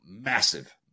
massive